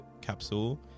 capsule